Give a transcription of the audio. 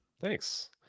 Thanks